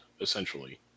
essentially